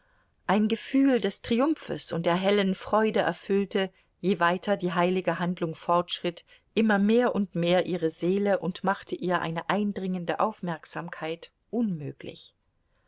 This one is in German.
ein gefühl des triumphes und der hellen freude erfüllte je weiter die heilige handlung fortschritt immer mehr und mehr ihre seele und machte ihr eine eindringende aufmerksamkeit unmöglich